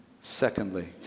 secondly